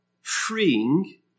freeing